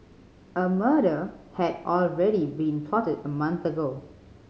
a murder had already been plotted a month ago